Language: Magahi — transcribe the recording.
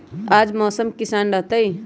आज मौसम किसान रहतै?